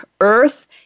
earth